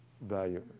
value